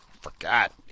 forgot